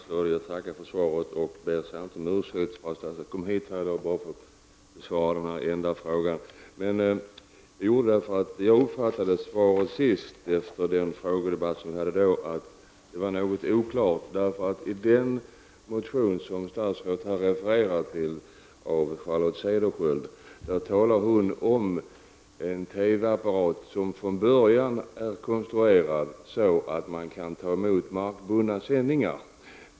Herr talman! Herr statsråd! Jag tackar för svaret och ber om ursäkt för att statsrådet fick komma hit i dag bara för att besvara denna enda fråga. Jag ställde frågan eftersom jag uppfattade svaret vid den frågedebatt vi hade sist som något oklart. I den motion av Charlotte Cederschiöld som statsrådet refererar till talas det om en TV-apparat som från början är konstruerad så att man kan ta emot markbundna sändningar.